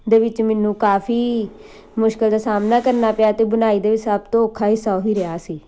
ਦੇ ਵਿੱਚ ਮੈਨੂੰ ਕਾਫ਼ੀ ਮੁਸ਼ਕਿਲ ਦਾ ਸਾਹਮਣਾ ਕਰਨਾ ਪਿਆ ਅਤੇ ਬੁਣਾਈ ਦੇ ਵਿੱਚ ਸਭ ਤੋਂ ਔਖਾ ਹਿੱਸਾ ਉਹ ਹੀ ਰਿਹਾ ਸੀ